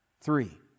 Three